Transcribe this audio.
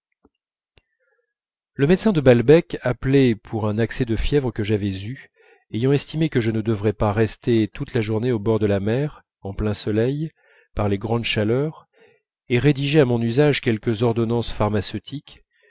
le médecin de balbec appelé pour un accès de fièvre que j'avais eu ayant estimé que je ne devrais pas rester toute la journée au bord de la mer en plein soleil par les grandes chaleurs et rédigé à mon usage quelques ordonnances pharmaceutiques